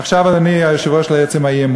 עכשיו, אדוני היושב-ראש, לעצם האי-אמון.